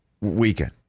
Weekend